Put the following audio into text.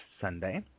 Sunday –